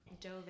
dove